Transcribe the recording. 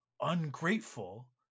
ungrateful